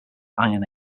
iron